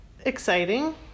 exciting